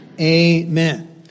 Amen